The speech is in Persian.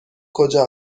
کجا